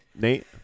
Nate